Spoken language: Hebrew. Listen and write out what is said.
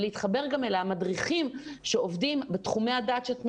ולהתחבר גם אל המדריכים שעובדים בתחומי הדעת שאת מלמדת,